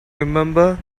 remember